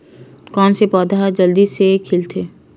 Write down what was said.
कोन से पौधा ह जल्दी से खिलथे?